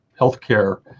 healthcare